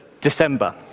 December